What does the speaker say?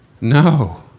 No